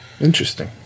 Interesting